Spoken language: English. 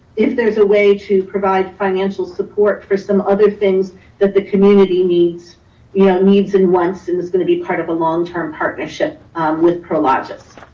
if there's a way to provide financial support for some other things that the community needs yeah needs and wants, and it's gonna be part of a longterm partnership with prologis.